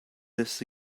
this